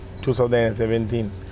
2017